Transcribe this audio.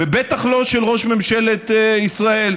ובטח לא של ראש ממשלת ישראל.